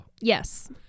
Yes